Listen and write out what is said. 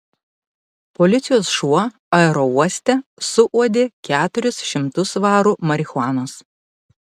policijos šuo aerouoste suuodė keturis šimtus svarų marihuanos